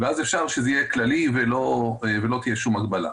ואז אפשר שזה יהיה כללי ולא תהיה שום הגבלה.